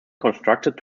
constructed